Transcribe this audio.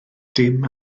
dim